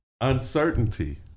uncertainty